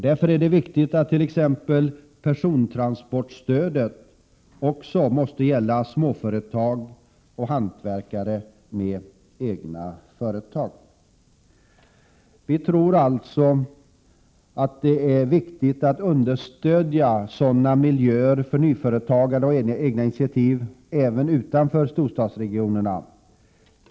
Därför är det viktigt attt.ex. persontransportstödet också gäller småföretag och hantverkare med egna företag: Vi tror alltså att det är viktigt att understödja sådana miljöer för nyföretagande och egna initiativ även utanför storstadsregionerna.